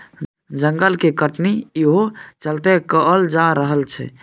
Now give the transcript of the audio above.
जंगल के कटनी इहो चलते कएल जा रहल छै